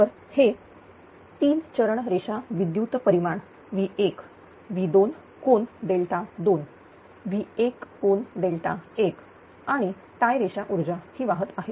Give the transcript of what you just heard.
तर हे 3 चरण रेषा विद्युत परिमाण V1V2∠2V1 ∠1 आणि टाय रेषा ऊर्जा ही वाहत आहे